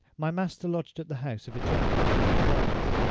my master lodged at the house of a gentleman in falmouth,